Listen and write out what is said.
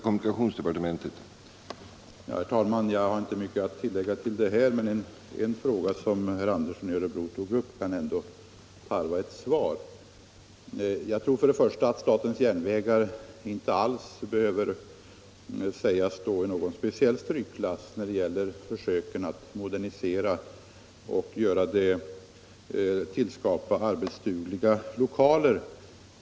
Herr talman! Jag har inte mycket att tillägga, men en fråga som herr Andersson i Örebro tog upp kan ändå tarva ett svar. Jag tror att statens järnvägar inte alls behöver sägas stå i någon speciell strykklass när det gäller försöken att modernisera och tillskapa arbetsdugliga lokaler.